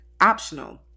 optional